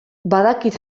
badakit